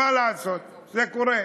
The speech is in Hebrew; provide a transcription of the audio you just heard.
מה לעשות, זה קורה.